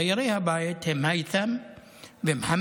דיירי הבית הם היית'ם ומוחמד,